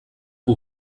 que